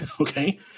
Okay